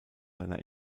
seiner